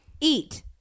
eat